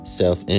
self